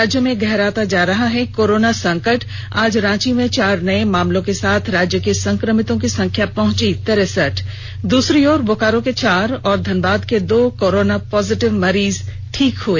राज्य में गहराता जा रहा है कोरोना संकट आज रांची में चार नये मामलों के साथ राज्य में संकमितों की संख्या पहुंची तिरसठ दूसरी ओर बोकारो के चार और धनबाद के दो कोरोना पॉजिटिव मरीज ठीक हए